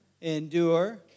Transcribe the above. Endure